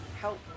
help